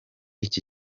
iki